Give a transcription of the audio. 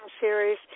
series